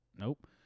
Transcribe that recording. Nope